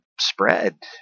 spread